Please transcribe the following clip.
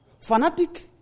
fanatic